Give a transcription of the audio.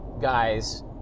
guys